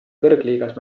kõrgliigas